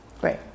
Great